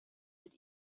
mit